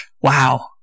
Wow